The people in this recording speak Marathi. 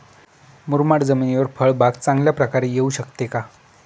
मुरमाड जमिनीवर फळबाग चांगल्या प्रकारे येऊ शकते का?